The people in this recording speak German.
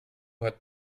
hat